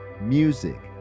music